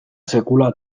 sekula